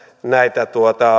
näitä